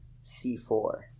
c4